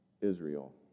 Israel